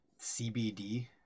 CBD